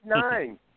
nine